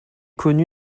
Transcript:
connu